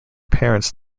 parents